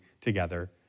together